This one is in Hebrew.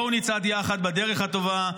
בואו נצעד יחד בדרך הטובה,